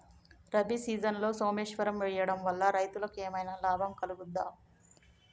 రబీ సీజన్లో సోమేశ్వర్ వేయడం వల్ల రైతులకు ఏమైనా లాభం కలుగుద్ద?